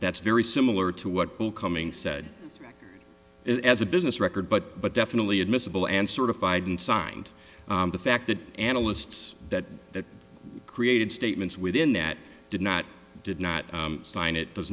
that's very similar to what bill coming said it as a business record but but definitely admissible and certified and signed the fact that analysts that created statements within that did not did not sign it does